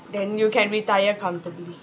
then you can retire comfortably